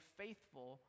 faithful